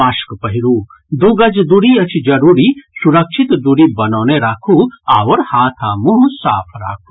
mask पहिरू दू गज दूरी अछि जरूरी सुरक्षित दूरी बनौने राखू आओर हाथ आ मुंह साफ राखू